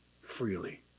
freely